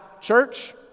church